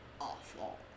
awful